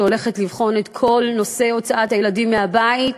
שהולכת לבחון את כל נושא הוצאת הילדים מהבית,